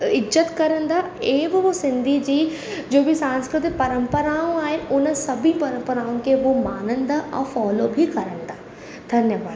इज़त करंदा ऐं उहो सिंधी जी जो बि सांस्कृतिक परंपराऊं आहिनि उन सभी परंपराउनि खे उहो मञंदा ऐं फॉलो बि करंदा धन्यवाद